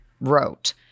wrote